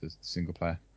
single-player